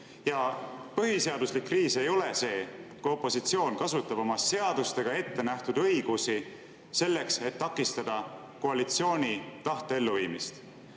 ole põhiseaduslik kriis, kui opositsioon kasutab oma seadustega ettenähtud õigusi selleks, et takistada koalitsiooni tahte elluviimist.